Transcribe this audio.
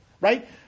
right